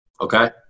okay